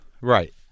Right